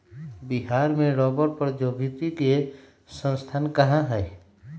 बिहार में रबड़ प्रौद्योगिकी के संस्थान कहाँ हई?